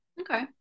okay